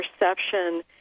perception